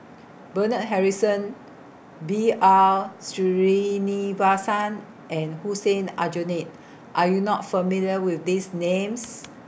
Bernard Harrison B R Sreenivasan and Hussein Aljunied Are YOU not familiar with These Names